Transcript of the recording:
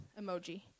emoji